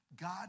God